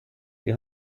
die